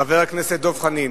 חבר הכנסת דב חנין,